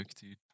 dude